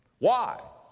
why?